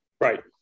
Right